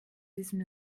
diesem